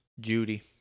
Judy